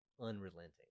unrelenting